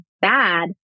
bad